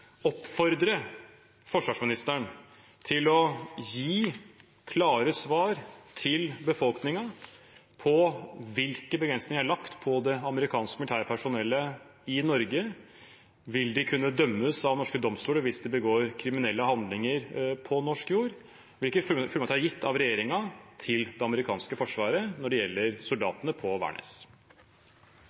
oppfordre forsvarsministeren til å gi klare svar til befolkningen på hvilke begrensninger som er lagt på det amerikanske militære personellet i Norge. Vil de kunne dømmes av norske domstoler hvis de begår kriminelle handlinger på norsk jord? Hvilke fullmakter er gitt av regjeringen til det amerikanske forsvaret når det gjelder soldatene på